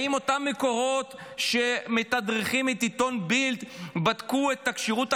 האם אותם מקורות שמתדרכים את העיתון בילד בדקו את כשירות החיילים?